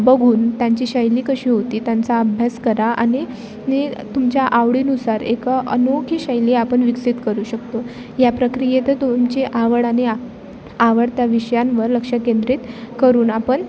बघून त्यांची शैली कशी होती त्यांचा अभ्यास करा आणि नि तुमच्या आवडीनुसार एक अनोखी शैली आपण विकसित करू शकतो या प्रक्रियेत तुमची आवड आणि आ आवडत्या विषयांवर लक्ष केंद्रित करून आपण